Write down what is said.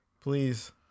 Please